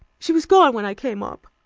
she was gone when i came up.